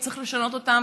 וצריך לשנות אותם,